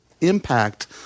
impact